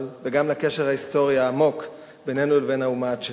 וגם לקשר ההיסטורי העמוק בינינו לבין האומה הצ'כית.